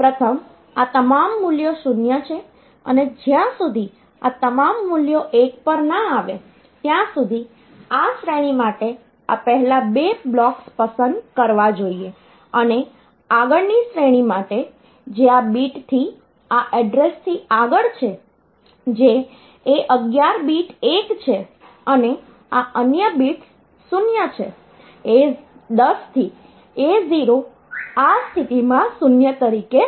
પ્રથમ આ તમામ મૂલ્યો શૂન્ય છે અને જ્યાં સુધી આ તમામ મૂલ્યો 1 પર ન આવે ત્યાં સુધી આ શ્રેણી માટે આ પહેલા બે બ્લોક્સ પસંદ કરવા જોઈએ અને આગળની શ્રેણી માટે જે આ બીટથી આએડ્રેસથી આગળ છે જે A11 બીટ 1 છે અને આ અન્ય બિટ્સ 0 છે A10 થી A0 આ સ્થિતિમાં 0 તરીકે છે